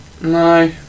No